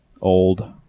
old